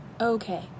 Okay